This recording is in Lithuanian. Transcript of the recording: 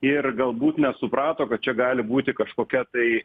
ir galbūt nesuprato kad čia gali būti kažkokia tai